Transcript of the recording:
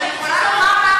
אז אני יכולה לומר לך,